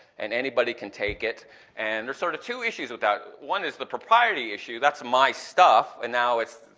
and anybody can take it and there's sort of two issues with that. one is the propriety issue that's my stuff, and now it's,